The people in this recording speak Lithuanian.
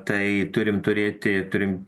tai turim turėti ką turim